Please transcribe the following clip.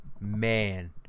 man